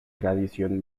tradición